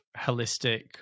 holistic